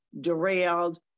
derailed